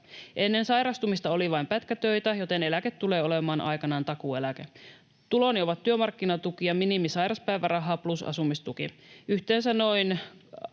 Ennen sairastumista oli vain pätkätöitä, joten eläke tulee olemaan aikanaan takuueläke. Tuloni ovat työmarkkinatuki tai minimisairauspäiväraha plus asumistuki. Yhteensä noin